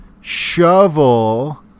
shovel